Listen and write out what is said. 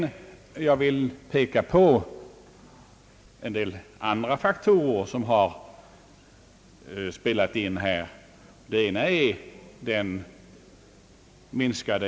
Jag vill dock peka på en del andra faktorer, som här jämväl har spelat in.